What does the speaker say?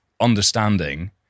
understanding